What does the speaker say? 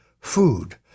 food